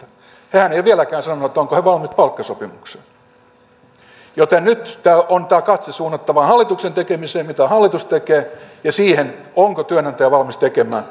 hehän eivät ole vieläkään sanoneet ovatko he valmiit palkkasopimukseen joten nyt tämä katse on suunnattava hallituksen tekemiseen ja siihen onko työnantaja valmis tekemään pitkäaikaista tuloratkaisua